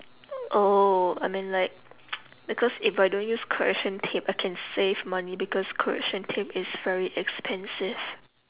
oh I mean like because if I don't use correction tape I can save money because correction tape is very expensive